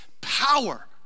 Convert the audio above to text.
power